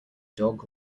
dog